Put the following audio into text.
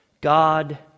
God